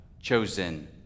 chosen